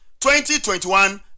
2021